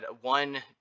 one